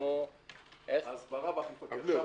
- הסברה ואכיפה.